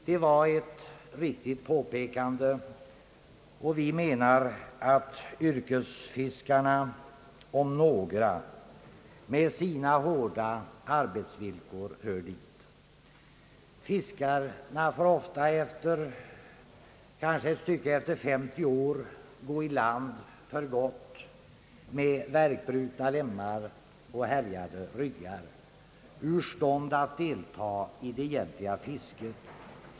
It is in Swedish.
Det var ett riktigt påpekande, och vi anser att yrkesfiskarna, om några, med sina hårda arbetsvillkor hör dit. Fiskarna får ofta kanske när de är något över 50 år gå i land för gott med värkbrutna lemmar och härjade ryggar, ur stånd att delta i det egentliga fisket.